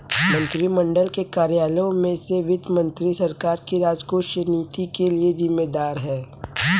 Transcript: मंत्रिमंडल के कार्यालयों में से वित्त मंत्री सरकार की राजकोषीय नीति के लिए जिम्मेदार है